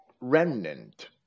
remnant